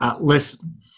listen